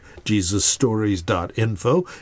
JesusStories.info